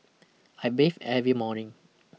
I bathe every morning